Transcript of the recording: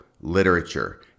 literature